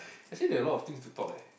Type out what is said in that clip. actually there're a lot of things to talk eh